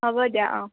হ'ব দিয়া অঁ